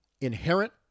Inherent